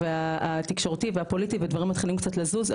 והתקשורתי והפוליטי ודברים מתחילים קצת לזוז,